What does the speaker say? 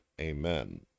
Amen